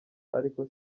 ariko